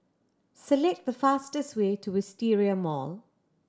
select the fastest way to Wisteria Mall